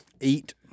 Eat